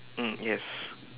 mm yes